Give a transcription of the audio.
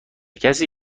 کسی